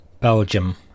Belgium